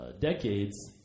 decades